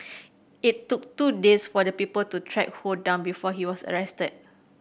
it took two days for the people to track Ho down before he was arrested